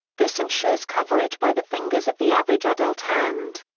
this ensures coverage by the fingers of the average adult hand.